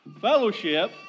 Fellowship